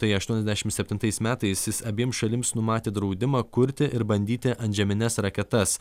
tai aštuoniasdešimt septintais metais jis abiem šalims numatė draudimą kurti ir bandyti antžemines raketas